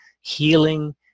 healing